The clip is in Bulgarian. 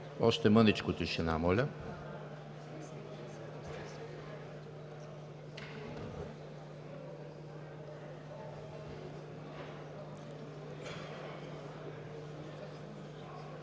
Още мъничко тишина, моля!